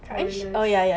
poreless